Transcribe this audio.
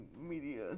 Media